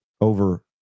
over